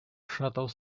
шатов